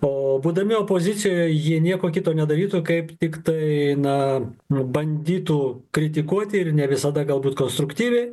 o būdami opozicijoje jie nieko kito nedarytų kaip tiktai na bandytų kritikuoti ir ne visada galbūt konstruktyviai